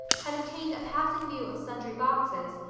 had obtained a passing view of sundry boxes,